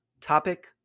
topic